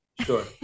sure